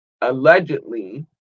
allegedly